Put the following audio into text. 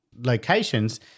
locations